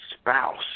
spouse